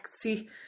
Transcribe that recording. See